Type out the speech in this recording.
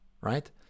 right